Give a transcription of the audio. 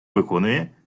виконує